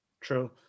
true